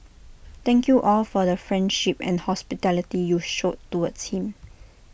thank you all for the friendship and hospitality you showed towards him